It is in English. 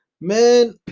Man